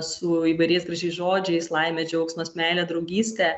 su įvairiais gražiais žodžiais laimė džiaugsmas meilė draugystė